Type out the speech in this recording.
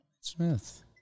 Smith